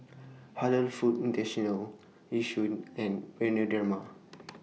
Halal Foods International Yishion and Bioderma